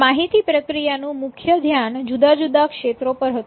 માહિતી પ્રક્રિયાનું મુખ્ય ધ્યાન જુદા જુદા ક્ષેત્રો પર હતું